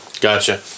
Gotcha